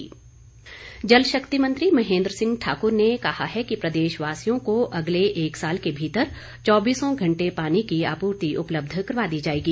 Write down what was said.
महेन्द्र सिंह जलशक्ति मंत्री महेंद्र सिंह ठाकुर ने कहा है कि प्रदेशवासियों को अगले एक साल के भीतर चौबीसों घंटे पानी की आपूर्ति उपलब्ध करवा दी जाएगी